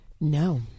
No